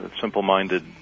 simple-minded